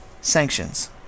Sanctions